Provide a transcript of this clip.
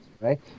right